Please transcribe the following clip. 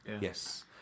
Yes